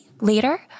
later